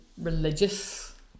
religious